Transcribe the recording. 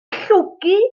llwgu